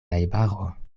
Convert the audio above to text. najbaro